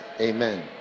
Amen